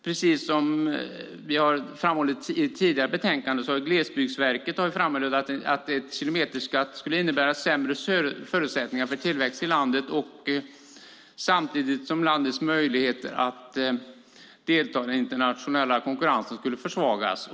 Precis som vi har framhållit i ett tidigare betänkande har Glesbygdsverket framhållit att en kilometerskatt skulle innebära sämre förutsättningar för tillväxt i landet samtidigt som landets möjligheter att delta i den internationella konkurrensen skulle försvagas.